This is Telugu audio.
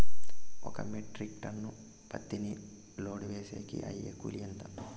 ఒక మెట్రిక్ టన్ను పత్తిని లోడు వేసేకి అయ్యే కూలి ఎంత?